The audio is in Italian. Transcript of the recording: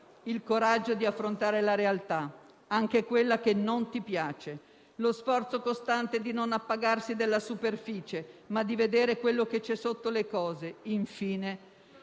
«Il coraggio di affrontare la realtà, anche quella che non ti piace. Lo sforzo costante di non appagarsi della superficie, ma di vedere quello che c'è sotto le cose. Infine,